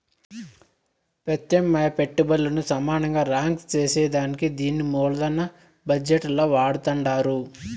పెత్యామ్నాయ పెట్టుబల్లను సమానంగా రాంక్ సేసేదానికే దీన్ని మూలదన బజెట్ ల వాడతండారు